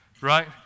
right